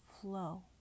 flow